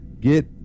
get